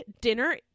dinner